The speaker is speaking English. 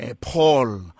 Paul